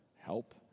help